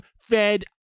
fed